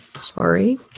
sorry